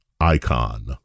ICON